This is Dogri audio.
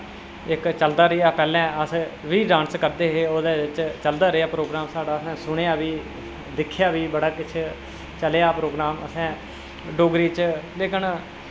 इक चलदा रेह् पैह्लें अस रील डांस करदे हे ओह्दै च चलदा रेहा प्रोग्राम साढ़ा असें सुनेआ बी दिक्खेआ बी बड़ा किश चलेआ प्रोग्राम असें डोगरी च लेकिन